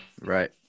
right